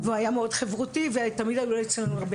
הוא היה מאוד חברותי ותמיד היו אצלנו הרבה